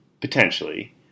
potentially